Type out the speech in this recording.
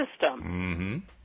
system